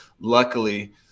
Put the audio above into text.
Luckily